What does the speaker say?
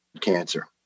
cancer